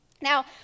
Now